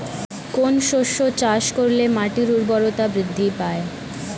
কোন শস্য চাষ করলে মাটির উর্বরতা বৃদ্ধি পায়?